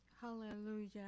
Hallelujah